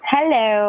Hello